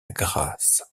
grâce